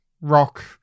rock